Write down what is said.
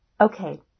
Okay